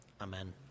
Amen